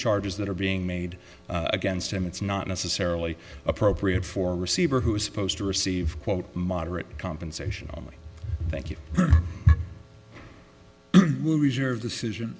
charges that are being made against him it's not necessarily appropriate for a receiver who is supposed to receive quote moderate compensation only thank you reserve decision